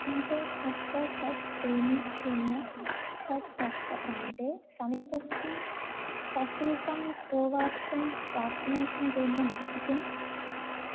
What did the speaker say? pincode अष्ट षट् त्रीणि शून्य षट् अष्ट प्रान्ते समीपस्थं सशुल्कं कोवाक्सिन् व्याक्सिनेशन् केन्द्रमस्ति किम्